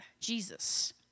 Jesus